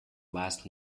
last